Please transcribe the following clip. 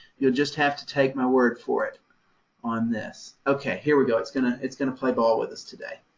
you'll just have to take my word for it on this. ok, here we go. it's going, it's going to play ball with us today.